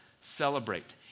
celebrate